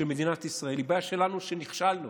של מדינת ישראל, היא בעיה שלנו, ונכשלנו